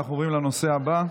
אנחנו עוברים לנושא הבא,